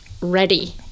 ready